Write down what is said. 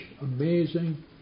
amazing